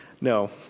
No